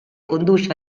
conduce